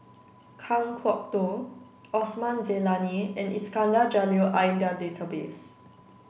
Kan Kwok Toh Osman Zailani and Iskandar Jalil are in the database